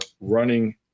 running